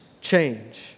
change